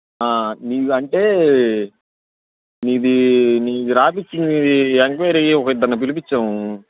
నీవంటే నీది నీది రాయించిం నీది ఎంక్వయిరీకి ఒక ఇద్దరిని పిలిపించాము